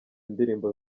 indirimbo